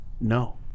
No